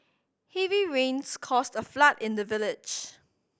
heavy rains caused a flood in the village